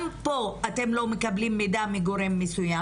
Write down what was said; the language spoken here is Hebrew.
גם פה אתם לא מקבלים מידע מגורם מסוים